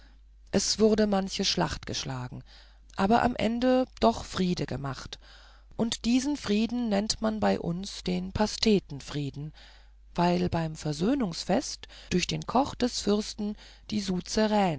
es wurde manche schlacht geschlagen aber am ende doch friede gemacht und diesen frieden nennt man bei uns den pastetenfrieden weil beim versöhnungsfest durch den koch des fürsten die